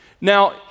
Now